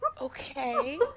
Okay